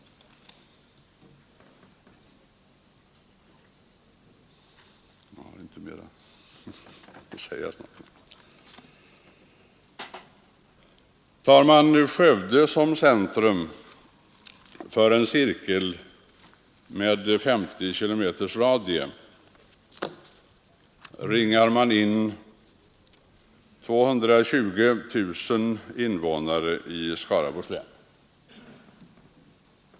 Tar man Skövde som centrum för en cirkel med 50 kilometers radie, ringar man in 220 000 invånare i Skaraborgs län.